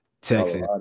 Texas